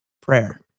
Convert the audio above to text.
prayer